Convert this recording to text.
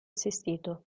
assistito